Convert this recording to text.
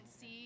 see